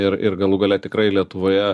ir ir galų gale tikrai lietuvoje